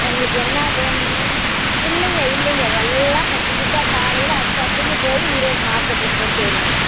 உங்களுக்கு என்ன வேணுமோ இல்லைங்க இல்லைங்க எல்லாம் இப்போ புதுசாக காலையில் அப்போ அப்பக்கி போய் ஈரோடு மார்கெட்டில் போட்டு வருவோங்க